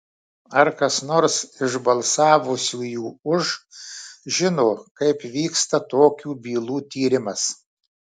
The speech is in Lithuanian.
ar kas nors iš balsavusiųjų už žino kaip vyksta tokių bylų tyrimas